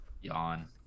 Yawn